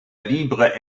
libre